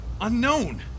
Unknown